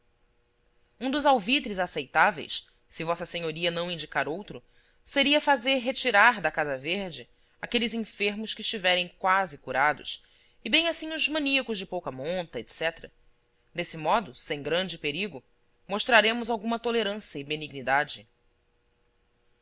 um dos alvitres aceitáveis se vossa senhoria não indicar outro seria fazer retirar da casa verde aqueles enfermos que estiverem quase curados e bem assim os maníacos de pouca monta etc desse modo sem grande perigo mostraremos alguma tolerância e benignidade